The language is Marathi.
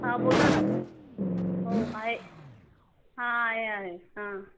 हा बोला ना हो आहे हा आहे आहे